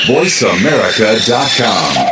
VoiceAmerica.com